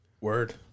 Word